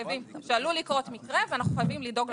שעלול לקרות מקרה ואנחנו חייבים לדאוג לזה.